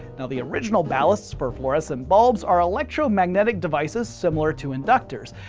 now the original ballasts for fluorescent bulbs are electromagnetic devices similar to inductors.